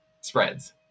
Spreads